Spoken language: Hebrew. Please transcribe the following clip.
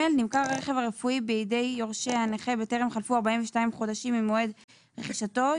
נמכר הרכב הרפואי בידי יורשי הנכה בטרם חלפו 42 חודשים ממועד רכישתו,